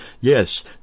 Yes